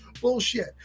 bullshit